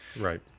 right